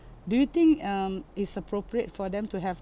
do you think um is appropriate for them to have